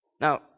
now